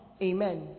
Amen